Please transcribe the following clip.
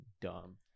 dumb